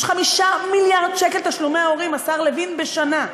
יש 5 מיליארד שקל תשלומי הורים, השר לוין, בשנה.